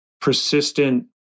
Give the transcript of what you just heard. persistent